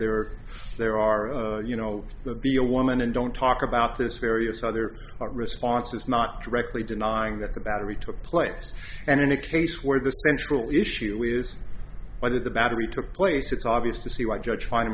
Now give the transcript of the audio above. there are there are you know that the a woman and don't talk about this various other responses not directly denying that the we took place and in a case where the central issue is whether the battery took place it's obvious to see why judge fi